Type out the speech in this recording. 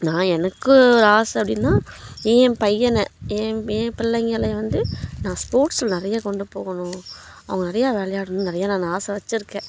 நான் எனக்கு ஆசை அப்படினா என் பையனை என் என் பிள்ளைங்களை வந்து நான் ஸ்போர்ட்ஸ்சில் நிறையா கொண்டு போகணும் அவங்க நிறையா விளையாடணும் நிறையா நான் ஆசை வெச்சுருக்கேன்